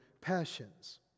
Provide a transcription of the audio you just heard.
passions